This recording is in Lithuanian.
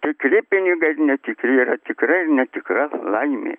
tikri pinigai ir netikri yra tikra ir netikra laimė